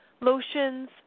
lotions